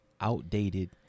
outdated